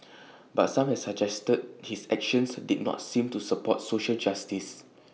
but some have suggested his actions did not seem to support social justice